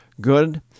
good